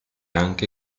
anche